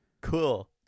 Cool